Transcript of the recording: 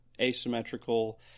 asymmetrical